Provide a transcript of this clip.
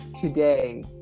today